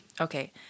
Okay